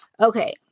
Okay